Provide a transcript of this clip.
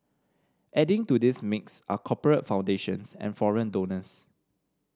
adding to this mix are corporate foundations and foreign donors